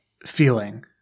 feeling